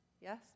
Yes